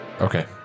Okay